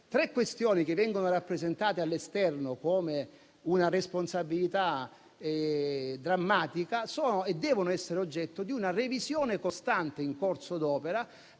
tre questioni che vengono rappresentate all'esterno come esempi di una responsabilità drammatica sono e devono essere oggetto di una revisione costante in corso d'opera,